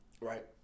right